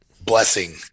blessing